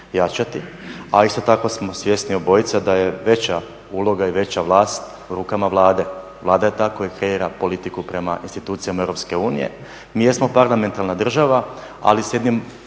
jačati, a isto tako smo svjesni obojica da je veća uloga i veća vlast u rukama Vlade. Vlada je ta koja kreira politiku prema institucijama EU. Mi jesmo parlamentarna država, ali s jednim